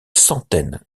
centaines